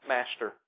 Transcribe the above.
Master